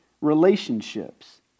relationships